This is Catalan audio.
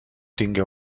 tingué